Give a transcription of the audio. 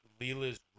Leela's